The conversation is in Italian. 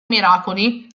miracoli